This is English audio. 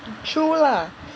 true lah